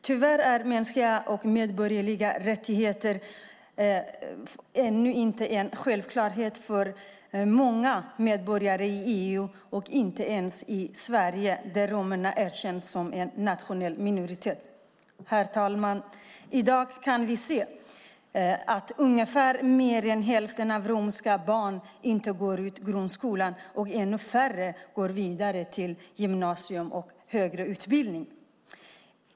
Tyvärr är mänskliga och medborgerliga rättigheter ännu inte en självklarhet för många medborgare i EU och inte ens i Sverige, där romerna erkänns som en nationell minoritet. Herr talman! I dag kan vi se att mer än hälften av romerska barn inte går ut grundskolan och att ännu färre går vidare till gymnasium och högre utbildning.